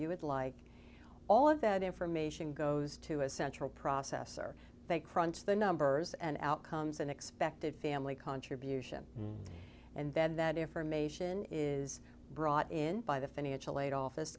you would like all of that information goes to a central processor they crunch the numbers and outcomes an expected family contribution and then that information is brought in by the financial aid office